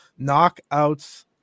Knockouts